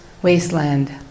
wasteland